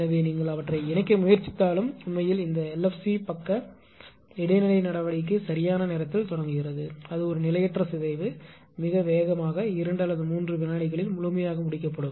எனவே நீங்கள் அவற்றை இணைக்க முயற்சித்தாலும் உண்மையில் இந்த எல்எஃப்சி பக்க இடைநிலை நடவடிக்கை யான நேரத்தில் தொடங்குகிறது அது ஒரு நிலையற்ற சிதைவு மிக வேகமாக இரண்டு அல்லது மூன்று வினாடிகளில் முழுமையாக முடிக்கப்படும்